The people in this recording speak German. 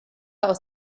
aus